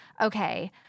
okay